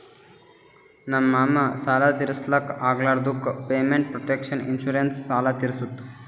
ನಮ್ ಮಾಮಾ ಸಾಲ ತಿರ್ಸ್ಲಕ್ ಆಗ್ಲಾರ್ದುಕ್ ಪೇಮೆಂಟ್ ಪ್ರೊಟೆಕ್ಷನ್ ಇನ್ಸೂರೆನ್ಸ್ ಸಾಲ ತಿರ್ಸುತ್